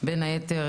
בין היתר,